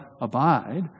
abide